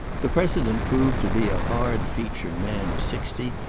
the president proved to be a hard-featured man of sixty,